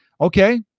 okay